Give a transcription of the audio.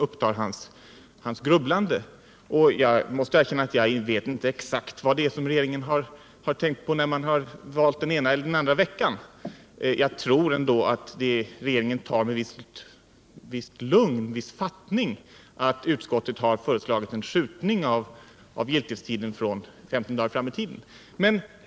Jag måste erkänna att jag inte vet exakt vad regeringen tänkt på när man valt den ena eller den andra veckan. Men jag tror att regeringen tar med en viss fattning att utskottet har föreslagit en skjutning av giltighetstiden 15 dagar framåt i tiden.